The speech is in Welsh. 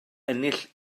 ennill